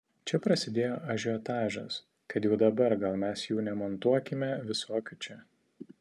čia prasidėjo ažiotažas kad jau dabar gal mes jų nemontuokime visokių čia